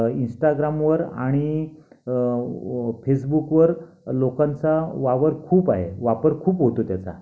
इंस्टाग्रामवर आणि फेसबुकवर लोकांचा वावर खूप आहे वापर खूप होतो त्याचा